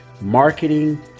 marketing